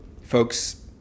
folks